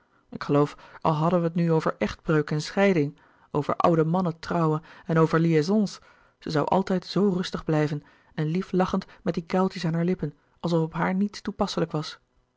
ik geloof al hadden we het nu over echtbreuk en scheiding over oude mannen trouwen en over liaisons ze zoû altijd zoo rustig blijven en lief lachend met die kuiltjes aan haar lippen alsof op haar niets toepasselijk was